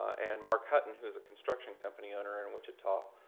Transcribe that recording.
and mark hutton, who is a construction company owner in wichita.